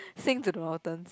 Sing to the Hortons